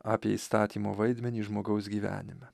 apie įstatymo vaidmenį žmogaus gyvenime